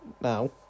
now